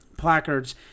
placards